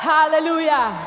Hallelujah